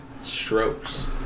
strokes